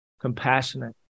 compassionate